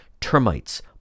termites